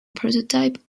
prototype